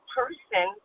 person